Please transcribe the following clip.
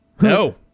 no